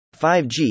5G